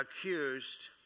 accused